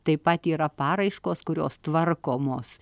taip pat yra paraiškos kurios tvarkomos